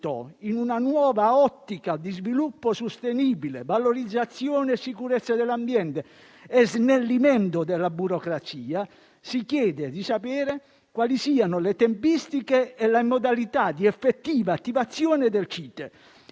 in una nuova ottica di sviluppo sostenibile, valorizzazione e sicurezza dell'ambiente e snellimento della burocrazia. Per tutti questi motivi, si chiede di sapere quali siano le tempistiche e le modalità di effettiva attivazione del CITE